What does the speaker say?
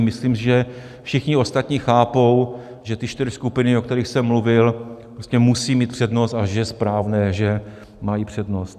Myslím si, že všichni ostatní chápou, že ty čtyři skupiny, o kterých jsem mluvil, musí mít přednost a že je správné, že mají přednost.